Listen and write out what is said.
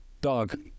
dog